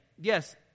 yes